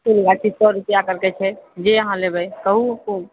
फूल गाछी सए रुपिआ करिके छै जे अहाँ लेबए कहू ओ